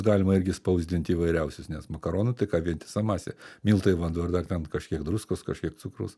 galima irgi spausdinti įvairiausius nes makaronų tai ką vientisa masė miltai vanduo ir dar ten kažkiek druskos kažkiek cukraus